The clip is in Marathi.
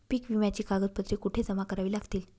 पीक विम्याची कागदपत्रे कुठे जमा करावी लागतील?